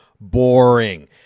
boring